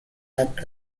act